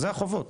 זה החובות.